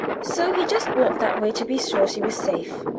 so he just walked that way to be sure she was safe.